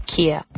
kia